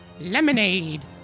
Lemonade